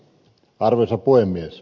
arvoisa puhemies